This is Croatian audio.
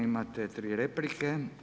Imate tri replike.